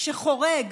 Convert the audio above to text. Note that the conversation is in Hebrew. שחורג